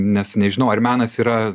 nes nežinau ar menas yra